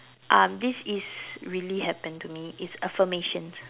um this is really happened to me it's affirmation